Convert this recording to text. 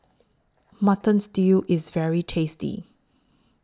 Mutton Stew IS very tasty